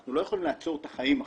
אנחנו לא יכולים לעצור את החיים עכשיו.